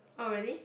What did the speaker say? oh really